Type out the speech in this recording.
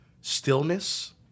stillness